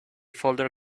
folder